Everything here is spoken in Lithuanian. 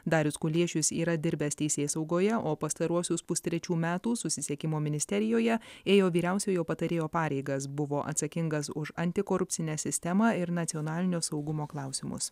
darius kuliešius yra dirbęs teisėsaugoje o pastaruosius pustrečių metų susisiekimo ministerijoje ėjo vyriausiojo patarėjo pareigas buvo atsakingas už antikorupcinę sistemą ir nacionalinio saugumo klausimus